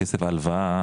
כסף ההלוואה,